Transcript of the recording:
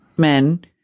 men